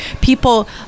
People